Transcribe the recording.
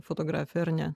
fotografija ar ne